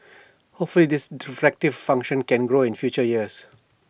hopefully this reflective function can grow in future years